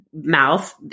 mouth